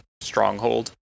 stronghold